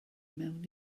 mewn